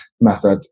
method